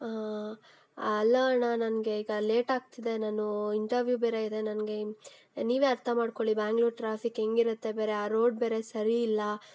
ಅಲ್ಲ ಅಣ್ಣ ನನಗೆ ಈಗ ಲೇಟ್ ಆಗ್ತಿದೆ ನಾನು ಇಂಟರ್ವ್ಯೂ ಬೇರೆ ಇದೆ ನನಗೆ ನೀವೇ ಅರ್ಥ ಮಾಡ್ಕೊಳ್ಳಿ ಬ್ಯಾಂಗ್ಳೂರ್ ಟ್ರಾಫಿಕ್ ಹೆಂಗೆ ಇರತ್ತೆ ಬೇರೆ ಆ ರೋಡ್ ಬೇರೆ ಸರಿಯಿಲ್ಲ